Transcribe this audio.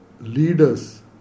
leaders